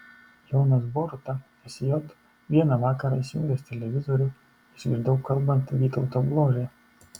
jonas boruta sj vieną vakarą įsijungęs televizorių išgirdau kalbant vytautą bložę